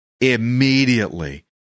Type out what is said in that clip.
Immediately